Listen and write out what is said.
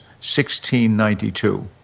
1692